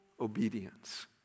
obedience